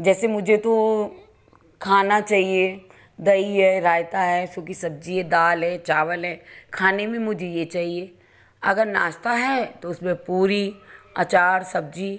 जैसे मुझे तो खाना चाहिए दही है रायता है सूखी सब्जी दाल है चावल है खाने में मुझे ये चाहिए अगर नाश्ता है तो उसमें पूरी अचार सब्जी